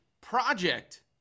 project